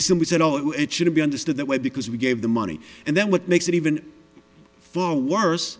simply said oh it should be understood that way because we gave the money and then what makes it even far worse